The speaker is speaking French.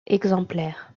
exemplaires